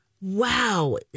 wow